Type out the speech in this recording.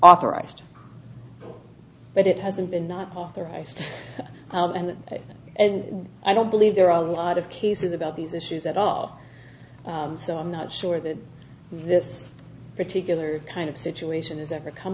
authorized but it hasn't been not authorized and and i don't believe there are a lot of cases about these issues at all so i'm not sure that this particular kind of situation is ever come